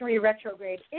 Retrograde